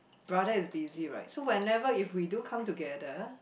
brother is busy right so whenever if we do come together